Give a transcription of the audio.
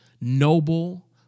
noble